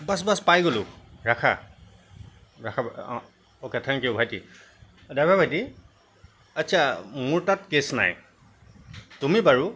বচ boss পাই গ'লো ৰাখা ৰাখা অঁ অ'কে থেংক ইউ ভাইটী ড্ৰাইভাৰ ভাইটী আচ্ছা মোৰ তাত কেছ নাই তুমি বাৰু